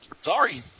Sorry